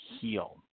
heal